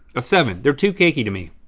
a seven, they're too cakey to me.